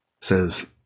says